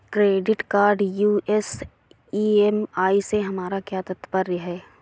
Credit card US EMI से हमारा क्या तात्पर्य है?